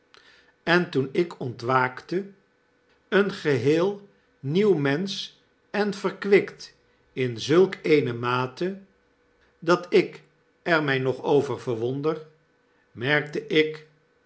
en toen ik ontwaakte een geheel nieuw mensch en verkwikt in zulk eene mate dat ik er mij nog over verwonder merkte ik